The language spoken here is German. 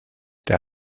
der